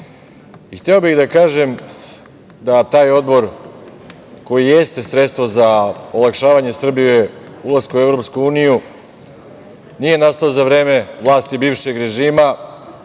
i hteo bih da kažem da taj odbor koji jeste sredstvo za olakšavanje Srbiji ulaska u EU nije nastao za vreme vlasti bivšeg režima